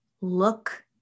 look